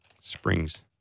Springs